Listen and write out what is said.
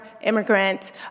immigrant